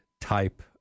type